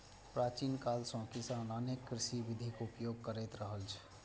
प्राचीन काल सं किसान अनेक कृषि विधिक उपयोग करैत रहल छै